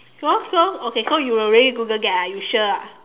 so so okay so you will really Google that ah you sure ah